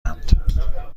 اند